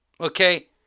okay